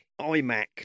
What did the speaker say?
iMac